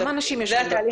זה התהליך התקין.